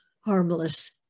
harmless